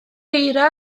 eira